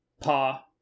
Pa